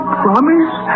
promise